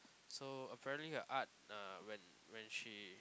so apparently her art uh when when she